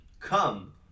come